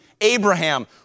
Abraham